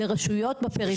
לרשויות בפריפריה.